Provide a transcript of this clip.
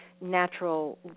natural